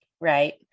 Right